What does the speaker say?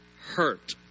hurt